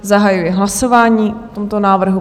Zahajuji hlasování o tomto návrhu.